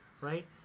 Right